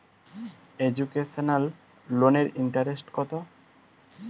Educational লোনের interest কত?